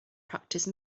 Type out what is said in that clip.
practice